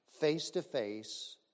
face-to-face